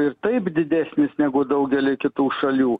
ir taip didesnės negu daugely kitų šalių